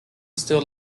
still